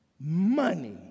money